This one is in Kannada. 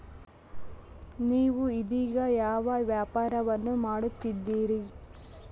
ನೇವು ಇದೇಗ ಯಾವ ವ್ಯಾಪಾರವನ್ನು ಮಾಡುತ್ತಿದ್ದೇರಿ?